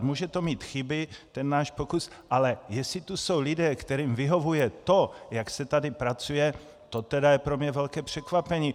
Může to mít chyby, náš pokus, ale jestli tu jsou lidé, kterým vyhovuje to, jak se tady pracuje, to je pro mě velké překvapení.